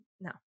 No